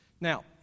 Now